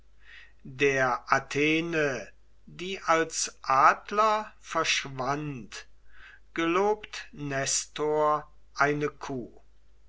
der athene die als adler verschwand gelobt nestor eine kuh